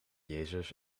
jezus